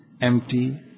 empty